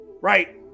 right